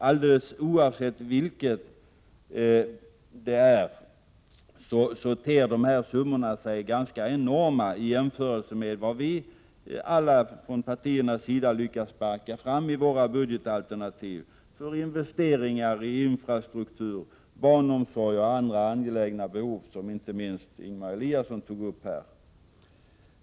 Alldeles oavsett vilket som är riktigt gäller det summor som ter sig enorma i jämförelse med vad vi alla från partiernas sida lyckas sparka fram i våra budgetalternativ för investeringar i infrastruktur, barnomsorg och andra angelägna behov, som inte minst Ingemar Eliasson tog upp här.